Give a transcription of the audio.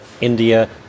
India